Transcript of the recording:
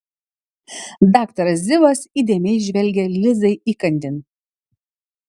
daktaras zivas įdėmiai žvelgė lizai įkandin